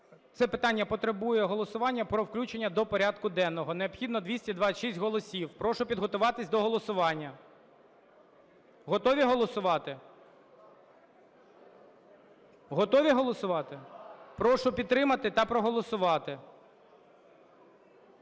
це питання потребує голосування про включення до порядку денного. Необхідно 226 голосів. Прошу підготуватись до голосування. Готові голосувати? Готові голосувати? Прошу підтримати та проголосувати.